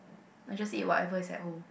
I just eat whatever is at home